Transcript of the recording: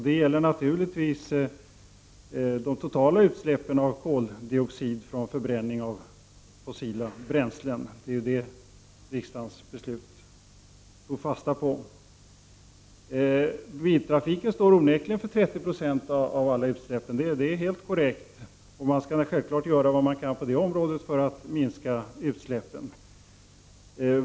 Det gäller naturligtvis de totala utsläppen av koldioxid från förbränning av fossila bränslen, något som ju riksdagens beslut tog fasta på. Biltrafiken svarar onekligen för 30 70 av alla utsläppen. Det är helt korrekt, och man skall naturligtvis göra vad man kan på det området för att minska utsläppen.